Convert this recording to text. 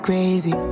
Crazy